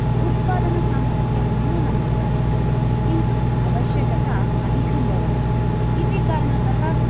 उत्पादनसामर्थ्यं न्यूनं भवति किन्तु आवश्यकता अधिकं भवति इति कारणतः